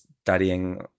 studying